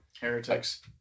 Heretics